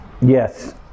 Yes